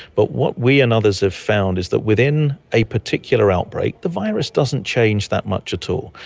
but what we and others have found is that within a particular outbreak the virus doesn't change that much at all.